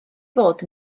fod